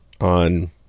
on